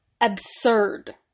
absurd